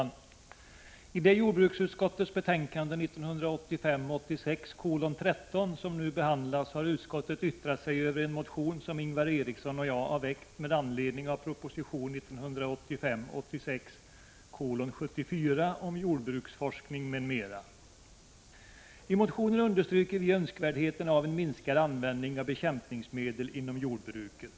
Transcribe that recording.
Fru talman! I jordbruksutskottets betänkande 1985 86:74 om jordbruksforskning m.m. I motionen understryker vi önskvärdheten av en minskad användning av bekämpningsmedel inom jordbruket.